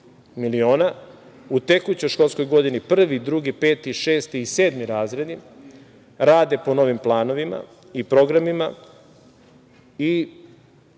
miliona. U tekućoj školskoj godini prvi, drugi, peti, šesti i sedmi razredi rade po novim planovima i programima